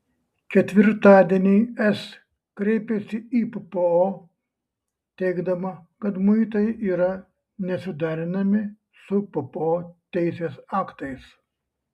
ketvirtadienį es kreipėsi į ppo teigdama kad muitai yra nesuderinami su ppo teisės aktais